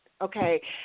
okay